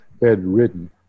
bedridden